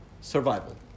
survival